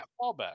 fallback